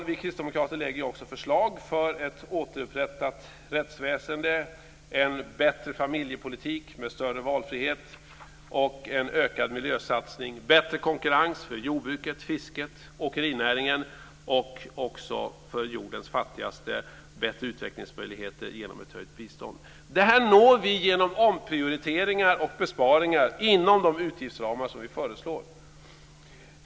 Vi kristdemokrater lägger också förslag för ett återupprättat rättsväsende, en bättre familjepolitik med större valfrihet, ökade miljösatsningar, bättre konkurrens för jordbruket, fisket och åkerinäringen och bättre utvecklingsmöjligheter för jordens fattigaste genom ett höjt bistånd. Det här når vi genom omprioriteringar och besparingar inom de utgiftsramar vi föreslår.